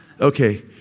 Okay